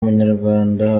umunyarwanda